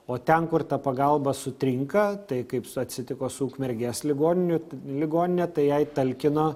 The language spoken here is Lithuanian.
o ten kur ta pagalba sutrinka tai kaip atsitiko su ukmergės ligoninių ligonine tai jai talkino